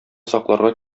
сакларга